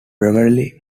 beverly